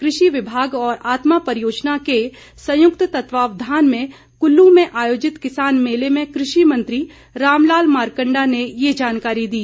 कृषि विभाग और आत्मा परियोजना के संयुक्त तत्वावधान में कुल्लू में आयोजित किसान मेले में कृषि मंत्री रामलाल मारकंडा ने ये जानकारी दी